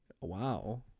Wow